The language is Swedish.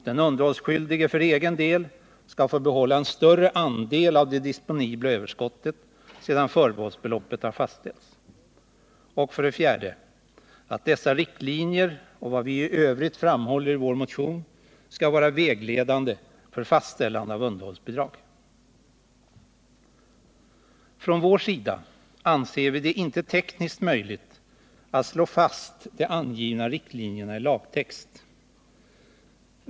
Den underhållsskyldige skall för egen del få behålla en större andel av det disponibla överskottet sedan förbehållsbeloppet har fastställts. 4. Dessa riktlinjer och vad vi i övrigt framhåller i vår motion skall vara vägledande för fastställande av underhållsbidrag. Från vår sida anser vi det inte tekniskt möjligt att slå fast de angivna riktlinjerna i lagtext.